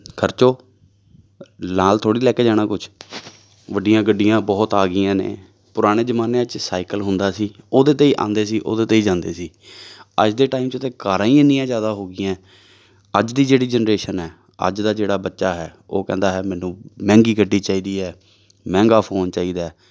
ਖਰਚੋ ਨਾਲ ਥੋੜ੍ਹੀ ਲੈ ਕੇ ਜਾਣਾ ਕੁਛ ਵੱਡੀਆਂ ਗੱਡੀਆਂ ਬਹੁਤ ਆ ਗਈਆਂ ਨੇ ਪੁਰਾਣੇ ਜ਼ਮਾਨਿਆਂ 'ਚ ਸਾਈਕਲ ਹੁੰਦਾ ਸੀ ਉਹਦੇ 'ਤੇ ਹੀ ਆਉਂਦੇ ਸੀ ਉਹਦੇ 'ਤੇ ਹੀ ਜਾਂਦੇ ਸੀ ਅੱਜ ਦੇ ਟਾਈਮ 'ਚ ਤਾਂ ਕਾਰਾਂ ਹੀ ਇੰਨੀਆਂ ਜ਼ਿਆਦਾ ਹੋ ਗਈਆਂ ਅੱਜ ਦੀ ਜਿਹੜੀ ਜਨਰੇਸ਼ਨ ਹੈ ਅੱਜ ਦਾ ਜਿਹੜਾ ਬੱਚਾ ਹੈ ਉਹ ਕਹਿੰਦਾ ਹੈ ਮੈਨੂੰ ਮਹਿੰਗੀ ਗੱਡੀ ਚਾਹੀਦੀ ਹੈ ਮਹਿੰਗਾ ਫ਼ੋਨ ਚਾਹੀਦਾ ਹੈ